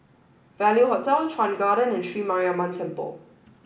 Value Hotel Chuan Garden and Sri Mariamman Temple